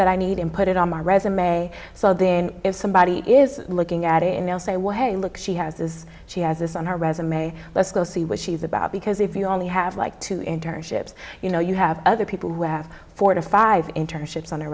that i need and put it on my resume so then if somebody is looking at it and they'll say well hey look she has this she has this on her resume let's go see what she's about because if you only have like two internships you know you have other people who have four to five internships on